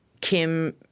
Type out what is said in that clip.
Kim